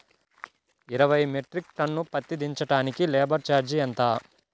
ఇరవై metric ton పత్తి దించటానికి లేబర్ ఛార్జీ ఎంత?